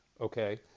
Okay